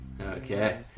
okay